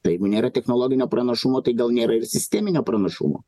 tai jeigu nėra technologinio pranašumo tai gal nėra ir sisteminio pranašumo